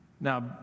Now